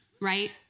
right